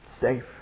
Safe